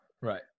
Right